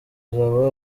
uzaba